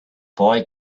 boy